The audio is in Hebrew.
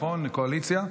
קואליציה.